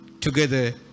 together